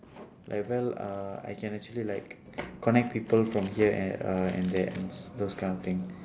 like well uh I can actually like connect people from here and uh and there those those kind of thing